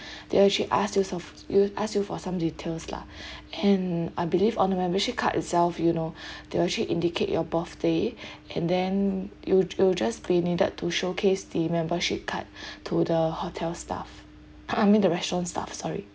they'll actually ask you you ask you for some details lah and I believe on a membership card itself you know they will actually indicate your birthday and then you you'll just be needed to showcase the membership card to the hotel staff I mean the restaurant staff sorry